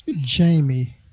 Jamie